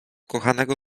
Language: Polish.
kochanego